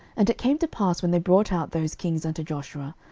and it came to pass, when they brought out those kings unto joshua,